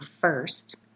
first